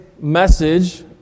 message